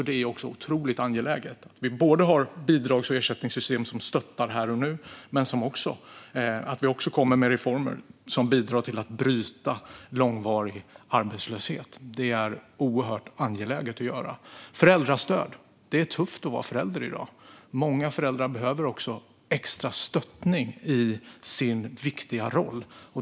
Det är alltså otroligt angeläget att vi både har bidrags och ersättningssystem som stöttar här och nu och att vi kommer med reformer som bidrar till att bryta långvarig arbetslöshet. Det är oerhört angeläget att göra detta. Föräldrastöd behövs, för det är tufft att vara förälder i dag. Många föräldrar behöver extra stöttning i sin viktiga roll.